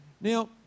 Now